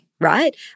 right